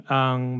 ang